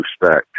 respect